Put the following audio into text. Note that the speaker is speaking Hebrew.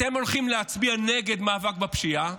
אתם הולכים להצביע נגד מאבק בפשיעה,